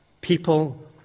people